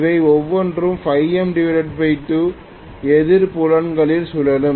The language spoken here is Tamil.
அவை ஒவ்வொன்றும் m2 எதிர் புலன்களில் சுழலும்